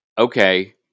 okay